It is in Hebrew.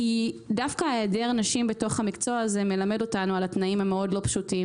דווקא היעדר נשים במקצוע הזה מלמד אותנו על התנאים המאוד לא פשוטים,